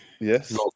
Yes